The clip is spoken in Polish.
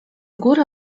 góry